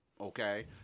okay